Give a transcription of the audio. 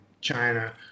China